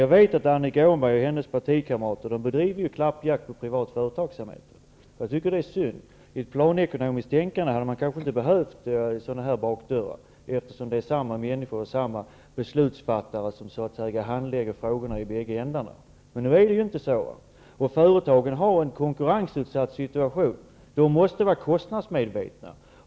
Jag vet att Annika Åhnberg och hennes partikamrater bedriver en klappjakt på privat företagsamhet, och det är synd. I ett planekonomiskt tänkande hade man kanske inte behövt sådana här bakdörrar, eftersom det är samma människor och samma beslutsfattare som handlägger frågorna i bägge ändar. Men nu är det inte så. Företagen har en konkurrensutsatt situation; de måste vara kostnadsmedvetna.